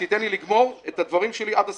------ תן לי לגמור את הדברים שלי עד הסוף.